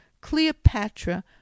Cleopatra